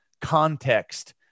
context